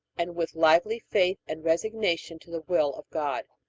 and with lively faith and resignation to the will of god.